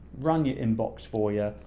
run your inbox for yeah